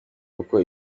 uko